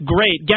Great